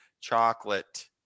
chocolate